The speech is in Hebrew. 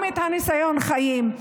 גם ניסיון חיים,